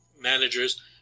managers